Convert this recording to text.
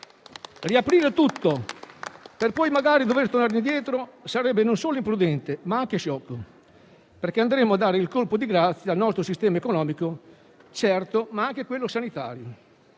Riaprire tutto per poi magari dover tornare indietro non sarebbe solo imprudente, ma anche sciocco perché andremmo certo a dare il colpo di grazia al nostro sistema economico, ma anche a quello sanitario.